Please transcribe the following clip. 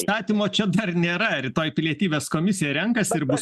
statymo čia dar nėra rytoj pilietybės komisija renkasi ir bus